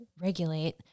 regulate